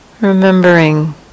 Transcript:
remembering